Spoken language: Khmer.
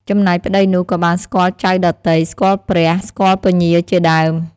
ចំណែកប្តីនោះក៏បានស្គាល់ចៅដទៃ ស្គាល់ព្រះ ស្គាល់ពញាជាដើម។